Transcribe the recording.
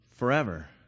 forever